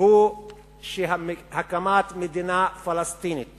הוא שהקמת מדינה פלסטינית